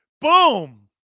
Boom